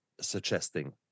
suggesting